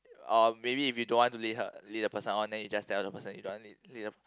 or maybe if you don't want to lead her lead the person on then you just tell the person you don't want lead lead